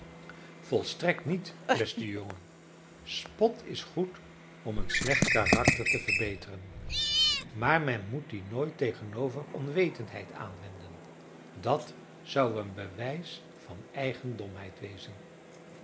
volstrekt niet beste jongen spot is goed om een slecht karakter te verbeteren maar men moet dien nooit tegenover onwetendheid aanwenden dat zou een bewijs van eigen domheid wezen